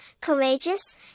courageous